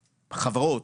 חברות,